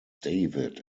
david